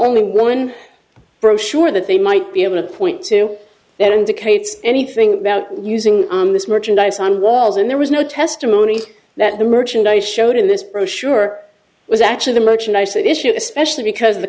only one brochure that they might be able to point to that indicates anything about using this merchandise on walls and there was no testimony that the merchandise showed in this brochure was actually the merchandise issue especially because